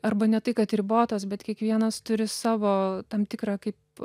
arba ne tai kad ribotos bet kiekvienas turi savo tam tikrą kaip